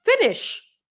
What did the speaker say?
finish